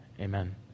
Amen